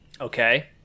Okay